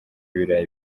ibirayi